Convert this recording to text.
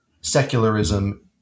secularism